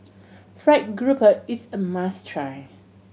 fried grouper is a must try